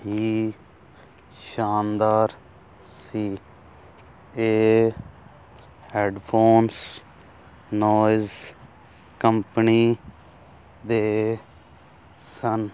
ਹੀ ਸ਼ਾਨਦਾਰ ਸੀ ਇਹ ਹੈਡਫੋਨਸ ਨੋਇਸ ਕੰਪਨੀ ਦੇ ਸਨ